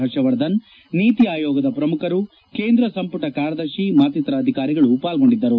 ಪರ್ಷವರ್ಧನ್ ನೀತಿ ಆಯೋಗದ ಪ್ರಮುಖರು ಕೇಂದ್ರ ಸಂಪುಟ ಕಾರ್ಯದರ್ಶಿ ಮತ್ತಿತರ ಅಧಿಕಾರಿಗಳು ಪಾಲ್ಗೊಂಡಿದ್ದರು